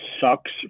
sucks